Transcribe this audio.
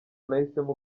nahisemo